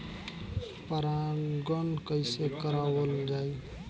परागण कइसे करावल जाई?